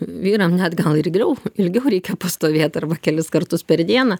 vyram net gal irgiau ilgiau reikia pastovėt arba kelis kartus per dieną